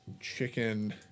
chicken